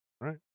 right